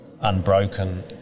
unbroken